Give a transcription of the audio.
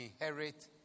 inherit